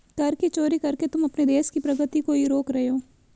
कर की चोरी करके तुम अपने देश की प्रगती को ही रोक रहे हो